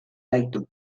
gaitu